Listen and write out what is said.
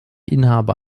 inhaber